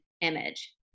image